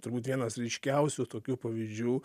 turbūt vienas ryškiausių tokių pavyzdžių